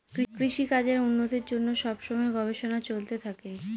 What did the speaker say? কৃষিকাজের উন্নতির জন্য সব সময় গবেষণা চলতে থাকে